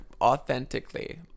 authentically